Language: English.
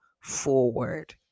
forward